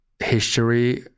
history